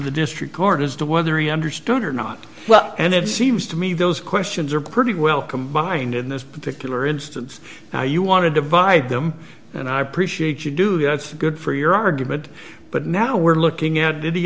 the district court as to whether he understood or not well and it seems to me those questions are pretty well combined in this particular instance how you want to divide them and i appreciate you do have good for your argument but now we're looking at vid